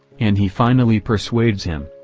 and he finally persuades him.